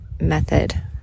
method